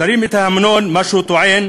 שרים את ההמנון, מה שהוא טוען,